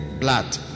blood